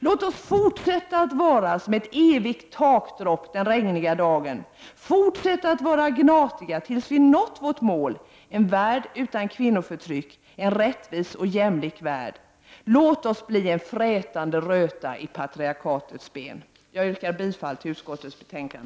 Låt oss fortsätta att vara som ett evigt takdrop en regnig dag, fortsätta att vara gna tiga tills vi nått vårt mål: en värld utan kvinnoförtryck, en rättvis och jämlik värld. Låt oss bli en frätande röta i patriarkatets ben! Jag yrkar bifall till utskottets hemställan.